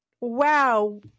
Wow